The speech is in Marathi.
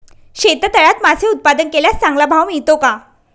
शेततळ्यात मासे उत्पादन केल्यास चांगला भाव मिळतो का?